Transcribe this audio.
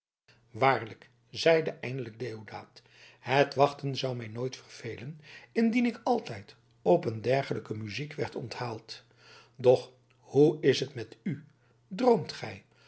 waarlijk zeide eindelijk deodaat het wachten zou mij nooit vervelen indien ik altijd op een dergelijke muziek werd onthaald doch hoe is het met u droomt gij